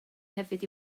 hefyd